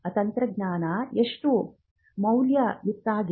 ತಂತ್ರಜ್ಞಾನ ಎಷ್ಟು ಮೌಲ್ಯಯುತವಾಗಿದೆ